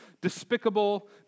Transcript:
despicable